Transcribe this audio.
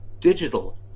digital